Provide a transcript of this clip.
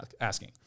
asking